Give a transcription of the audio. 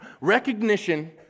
Recognition